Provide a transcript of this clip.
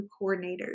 coordinators